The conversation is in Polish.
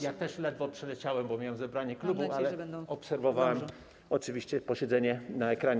Ja też ledwo przyleciałem, bo miałem zebranie klubu, ale obserwowałem oczywiście posiedzenie na ekranie.